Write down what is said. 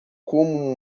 como